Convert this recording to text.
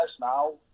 now